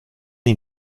ihn